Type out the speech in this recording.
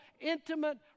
intimate